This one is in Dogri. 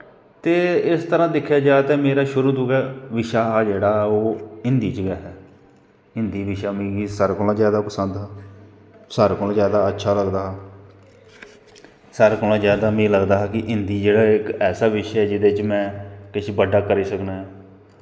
ते इस तरह् दिक्खेआ जा ते मेरा शुरू तों गै बिशे हा जेह्ड़ा ओह् हिन्दी च गै हा हिन्दी बिशा मिगी सारें कोला पसंद हा सारें कोला ज्यादा अच्छा लगदा हा सारें कोला ज्यादा मीं लगदा हा कि हिन्दी जेह्ड़ा इक ऐसा बिशे ऐ जेह्दे च में किश बड्डा करी सकनां